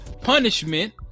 punishment